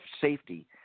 safety